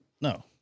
No